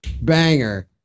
Banger